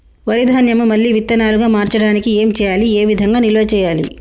వరి ధాన్యము మళ్ళీ విత్తనాలు గా మార్చడానికి ఏం చేయాలి ఏ విధంగా నిల్వ చేయాలి?